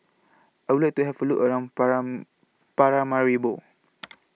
I Would like to Have A Look around Paramaribo